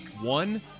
One